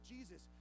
Jesus